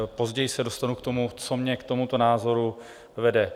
Později se dostanu k tomu, co mě k tomuto názoru vede.